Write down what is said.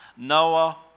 Noah